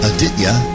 Aditya